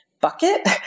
bucket